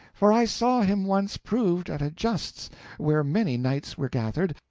for i saw him once proved at a justs where many knights were gathered,